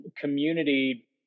community